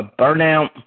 burnout